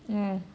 mm